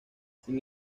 sin